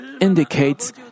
indicates